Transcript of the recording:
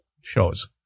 shows